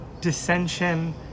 dissension